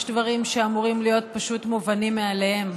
יש דברים שאמורים להיות פשוט מובנים מאליהם.